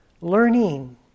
learning